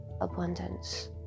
abundance